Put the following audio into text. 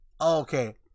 okay